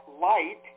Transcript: light